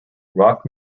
rock